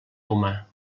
humà